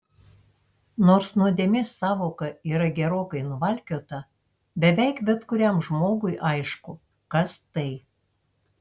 nors nuodėmės sąvoka yra gerokai nuvalkiota beveik bet kuriam žmogui aišku kas tai